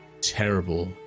terrible